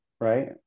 right